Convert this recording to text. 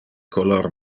color